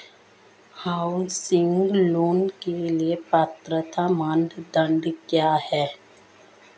Housing loan के लिए पात्रता मानदंड क्या हैं?